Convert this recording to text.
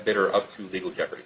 better up to legal jeopardy